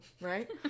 right